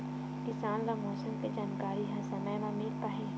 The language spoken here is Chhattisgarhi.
किसान ल मौसम के जानकारी ह समय म मिल पाही?